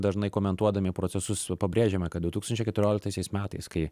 dažnai komentuodami procesus pabrėžiame kad du tūkstančiai keturioliktaisiais metais kai